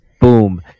boom